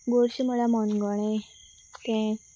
गोडशें म्हळ्यार मणगणें तें